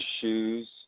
shoes